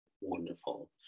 wonderful